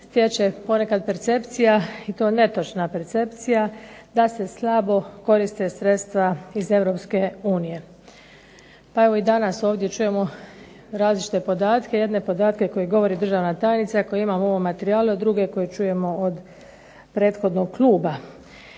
stječe ponekad percepcija i to netočna percepcija da se slabo koriste sredstva iz EU. Pa evo i danas ovdje čujemo različite podatke, jedne podatke koje govori državna tajnica, koji imam u ovom materijalu, a drugi koje čujemo od prethodnog kluba.